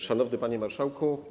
Szanowny Panie Marszałku!